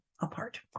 apart